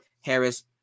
Harris